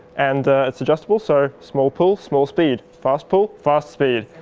and it's adjustable so small pull, small speed fast pull, fast speed.